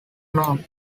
known